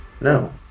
no